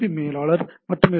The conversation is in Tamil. பி மேலாளர் மற்றும் எஸ்